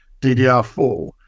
DDR4